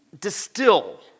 Distill